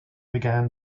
began